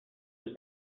his